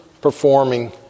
performing